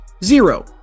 Zero